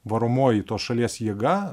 varomoji tos šalies jėga